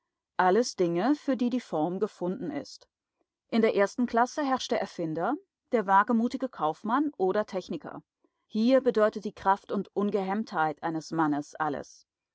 alles dinge für die die form gefunden ist in der ersten klasse herrscht der erfinder der wagemutige kaufmann oder techniker hier bedeutet die kraft und ungehemmtheit eines mannes alles